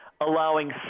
allowing